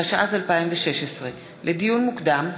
התשע"ז 2016. לדיון מוקדם,